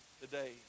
today